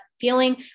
feeling